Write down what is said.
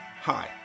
hi